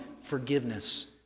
forgiveness